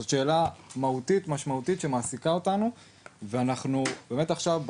שאלה מהותית ומשמעותית שמאוד מעסיקה אותנו ואנחנו באמת עכשיו,